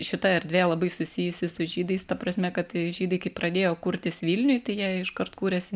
šita erdvė labai susijusi su žydais ta prasme kad žydai kai pradėjo kurtis vilniuj tai jie iškart kūrėsi